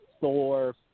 Thor